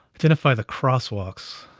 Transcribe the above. identify the crosswalks.